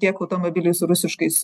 tiek automobiliai su rusiškais